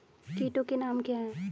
कीटों के नाम क्या हैं?